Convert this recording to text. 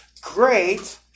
great